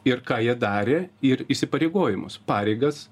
ir ką jie darė ir įsipareigojimus pareigas